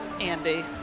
Andy